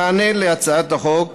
במענה להצעת החוק